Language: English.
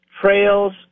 trails